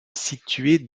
située